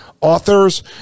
authors